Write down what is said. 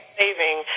saving